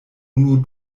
unu